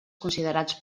considerats